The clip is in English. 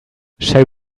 shall